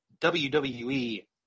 WWE